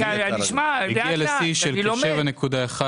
הגיע לשיא של כ-7.1